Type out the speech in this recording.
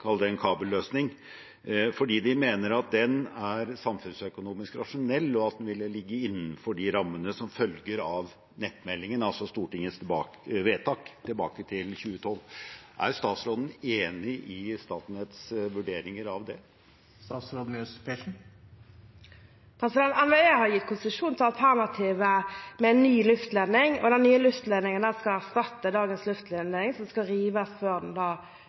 kabelløsning, fordi de mener at den er samfunnsøkonomisk rasjonell, og at den vil ligge innenfor de rammene som følger av nettmeldingen, altså Stortingets vedtak tilbake til 2012. Er statsråden enig i Statnetts vurderinger av det? NVE har gitt konsesjon til alternativet med ny luftledning, og den nye luftledningen skal erstatte dagens luftledning som skal rives før den